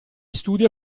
studia